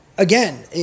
Again